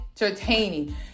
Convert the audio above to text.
entertaining